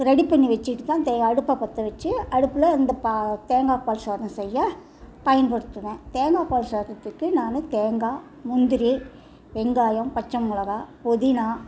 ready பண்ணி வச்சுட்டு தான் தே அடுப்பை பற்ற வச்சு அடுப்பில் இந்த பா தேங்காய் பால் சாதம் செய்ய பயன்படுத்துவேன் தேங்காய்ப்பால் சாதத்துக்கு நான் தேங்காய் முந்திரி வெங்காயம் பச்சமிளகா புதினா